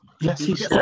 Yes